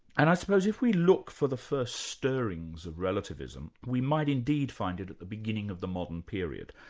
and i suppose if we look for the first stirrings of relativism, we might indeed find it at the beginning of the modern period.